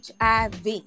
HIV